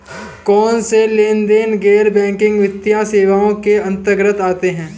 कौनसे लेनदेन गैर बैंकिंग वित्तीय सेवाओं के अंतर्गत आते हैं?